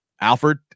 Alfred